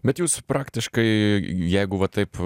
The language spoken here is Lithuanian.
bet jūs praktiškai jeigu va taip